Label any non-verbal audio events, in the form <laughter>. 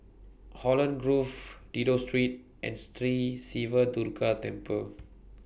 Holland Grove Dido Street and <noise> Sri Siva Durga Temple